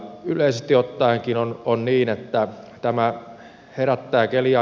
yleisesti ottaenkin on niin että tämä on hieno taiteilija